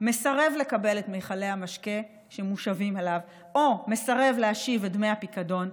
מסרב לקבל את מכלי המשקה שמושבים אליו או מסרב להשיב את דמי הפיקדון,